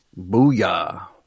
Booyah